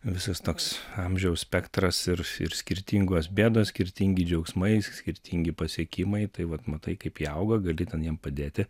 visas toks amžiaus spektras ir skirtingos bėdos skirtingi džiaugsmai skirtingi pasiekimai tai vat matai kaip įauga gali ten jiem padėti